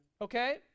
okay